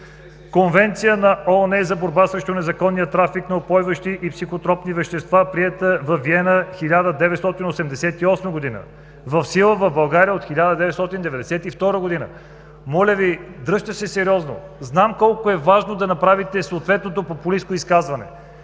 Конвенция на ООН за борба срещу незаконния трафик на упойващи и психотропни вещества, приета във Виена в 1988 г. – в сила в България от 1992 г. Моля Ви, дръжте се сериозно! Знам колко е важно да направите популистко изказване.